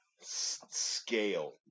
Scale